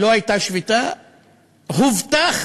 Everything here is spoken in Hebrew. הובטח